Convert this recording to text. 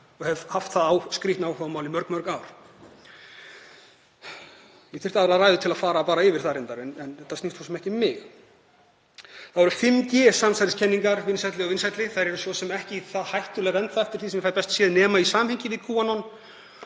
og hef haft það skrýtna áhugamál í mörg ár. Ég þyrfti aðra ræðu til að fara yfir það reyndar. En þetta snýst svo sem ekki um mig. Þá verða 5G-samsæriskenningar vinsælli og vinsælli. Þær eru svo sem ekki það hættulegar enn þá, eftir því sem ég fæ best séð, nema í samhengi við QAnon